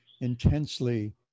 intensely